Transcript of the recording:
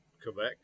Quebec